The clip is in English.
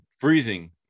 freezing